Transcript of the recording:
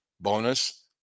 bonus